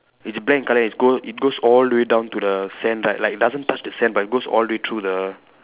it's black in colour and it go it goes all the way down to the sand right like doesn't touch the sand but it goes all the way through the